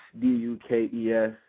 D-U-K-E-S